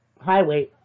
highway